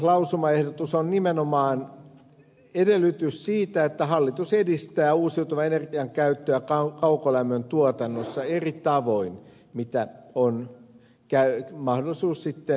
toisessa lausumaehdotuksessa nimenomaan edellytetään sitä että hallitus edistää uusiutuvan energian käyttöä kaukolämmön tuotannossa eri tavoin mikä on jo käynyt vaan susi käy